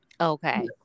Okay